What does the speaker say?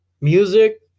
music